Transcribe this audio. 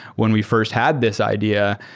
when we first had this idea,